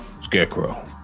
Scarecrow